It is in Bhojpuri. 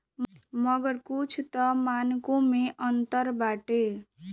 मगर कुछ तअ मानको मे अंतर बाटे